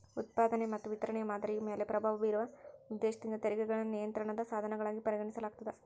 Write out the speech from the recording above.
ಉತ್ಪಾದನೆ ಮತ್ತ ವಿತರಣೆಯ ಮಾದರಿಯ ಮ್ಯಾಲೆ ಪ್ರಭಾವ ಬೇರೊ ಉದ್ದೇಶದಿಂದ ತೆರಿಗೆಗಳನ್ನ ನಿಯಂತ್ರಣದ ಸಾಧನಗಳಾಗಿ ಪರಿಗಣಿಸಲಾಗ್ತದ